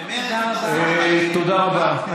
תודה רבה.